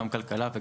גם בוועדת הכלכלה.